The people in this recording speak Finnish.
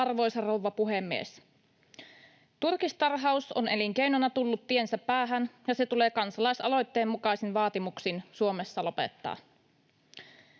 Arvoisa rouva puhemies! Turkistarhaus on elinkeinona tullut tiensä päähän, ja se tulee kansalaisaloitteen mukaisin vaatimuksin Suomessa lopettaa.